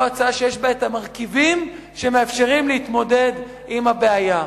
זו ההצעה שיש בה את המרכיבים שמאפשרים להתמודד עם הבעיה.